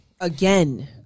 again